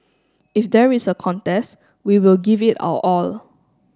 if there is a contest we will give it our all